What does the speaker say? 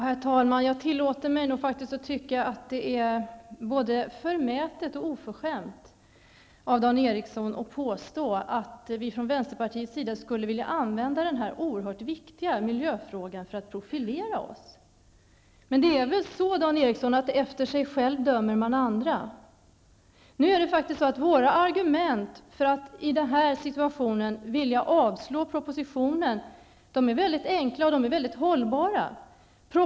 Herr talman! Jag tillåter mig faktiskt att tycka att det är både förmätet och oförskämt av Dan Ericsson i Kolmården att påstå att vi från vänsterpartiets sida skulle vilja använda denna oerhört viktiga miljöfråga för att profilera oss. Men det är väl så, Dan Ericsson, att efter sig själv dömer man andra. Våra argument för att i denna situation vilja avslå propositionen är mycket enkla och mycket hållbara.